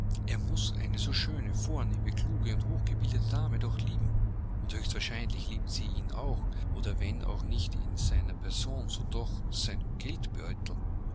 er muß eine so schöne vornehme kluge und hochgebildete dame doch lieben und höchst wahrscheinlich liebt sie ihn auch oder wenn auch nicht seine person so doch seinen